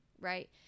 right